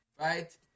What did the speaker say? Right